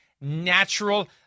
natural